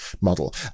model